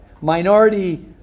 Minority